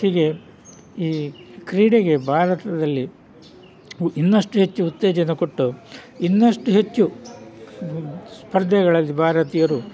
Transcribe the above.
ಹೀಗೆ ಈ ಕ್ರೀಡೆಗೆ ಭಾರತದಲ್ಲಿ ಇನ್ನಷ್ಟು ಹೆಚ್ಚು ಉತ್ತೇಜನ ಕೊಟ್ಟು ಇನ್ನಷ್ಟು ಹೆಚ್ಚು ಸ್ಪರ್ಧೆಗಳಲ್ಲಿ ಭಾರತೀಯರು